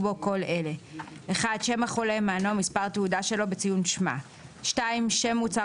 בו כל אלה: שם החולה ומענו ומספר התעודה שלו בציון שמה; שם מוצר